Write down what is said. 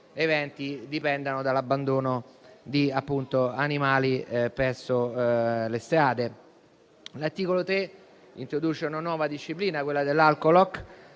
eventi dipendano dall'abbandono di animali per strada. L'articolo 3 introduce una nuova disciplina, quella dell'alcolock,